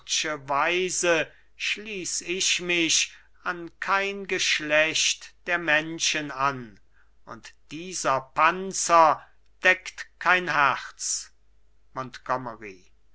weise schließ ich mich an kein geschlecht der menschen an und dieser panzer deckt kein herz